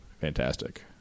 fantastic